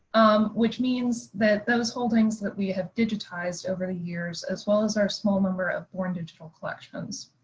um, which means that those holdings that we have digitized over the years, as well as our small number of born-digital collections.